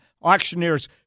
auctioneers